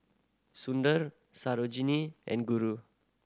Sundar Sarojini and Guru